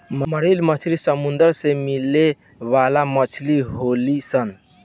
marine मछली समुंदर में मिले वाला मछली होली सन